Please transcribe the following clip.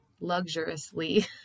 luxuriously